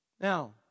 Now